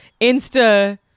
Insta